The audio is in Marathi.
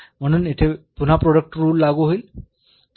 म्हणून येथे पुन्हा प्रोडक्ट रुल लागू होईल